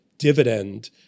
dividend